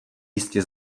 jistě